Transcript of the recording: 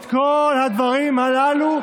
את כל הדברים הללו,